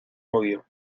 novio